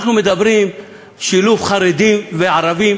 אנחנו מדברים על שילוב חרדים וערבים